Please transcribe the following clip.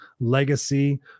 legacy